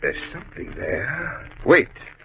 ah something there wait